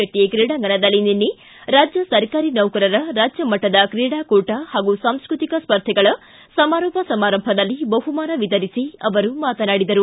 ಶೆಟ್ಟ ಕ್ರೀಡಾಂಗಣದಲ್ಲಿ ನಿನ್ನೆ ರಾಜ್ಯ ಸರ್ಕಾರಿ ನೌಕರರ ರಾಜ್ಯ ಮಟ್ಟದ ಕ್ರೀಡಾ ಹಾಗೂ ಸಾಂಸೃತಿಕ ಸ್ಪರ್ಧೆಗಳ ಸಮಾರೋಪ ಸಮಾರಂಭದಲ್ಲಿ ಬಹುಮಾನ ವಿತರಿಸಿ ಅವರು ಮಾತನಾಡಿದರು